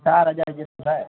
ચાર હજાર જેવું થાય